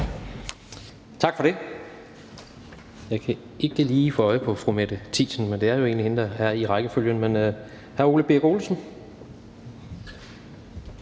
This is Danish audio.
Tak for det.